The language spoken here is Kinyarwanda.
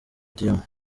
diamant